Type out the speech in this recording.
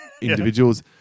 individuals